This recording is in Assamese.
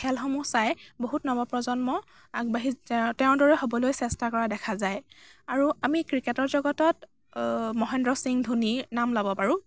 খেলসমূহ চাই বহুত নৱ প্ৰজন্ম আগবাঢ়ি তেওঁৰ তেওঁৰ দৰে হ'লৈ চেষ্টা কৰা দেখা যায় আৰু আমি ক্ৰিকেটৰ জগতত মহেন্দ্ৰ সিং ধোনীৰ নাম ল'ব পাৰোঁ